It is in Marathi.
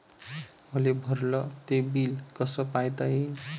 मले भरल ते बिल कस पायता येईन?